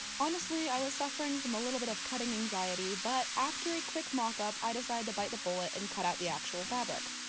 honestly i was suffering from a little bit of cutting anxiety, but after a quick mock-up i decided to bite the bullet and cut out the actual fabric.